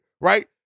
Right